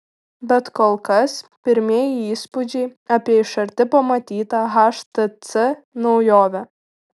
bet kol kas pirmieji įspūdžiai apie iš arti pamatytą htc naujovę